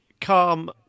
calm